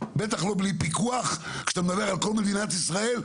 בטח לא בלי פיקוח כשאתה מדבר על כל מדינת ישראל,